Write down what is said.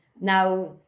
now